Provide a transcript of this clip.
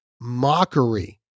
mockery